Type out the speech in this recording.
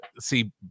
see